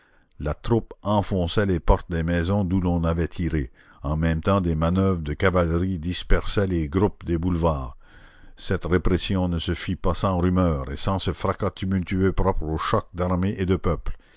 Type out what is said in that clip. la troupe enfonçait les portes des maisons d'où l'on avait tiré en même temps des manoeuvres de cavalerie dispersaient les groupes des boulevards cette répression ne se fit pas sans rumeur et sans ce fracas tumultueux propre aux chocs d'armée et de peuple